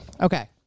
okay